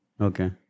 Okay